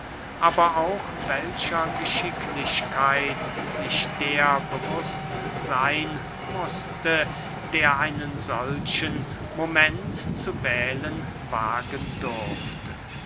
aber auch welcher geschicklichkeit sich der bewußt seyn mußte der einen solchen moment zu wählen wagen durfte